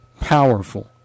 Powerful